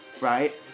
right